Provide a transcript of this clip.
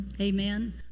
amen